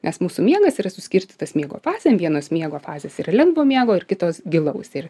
nes mūsų miegas yra suskirstytas miego fazėm vienos miego fazės ir lengvo miego ir kitos gilaus ir